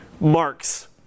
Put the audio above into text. marks